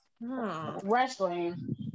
Wrestling